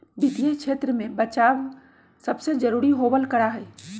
वित्तीय क्षेत्र में बचाव सबसे जरूरी होबल करा हई